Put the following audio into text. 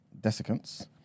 desiccants